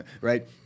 right